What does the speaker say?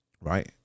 right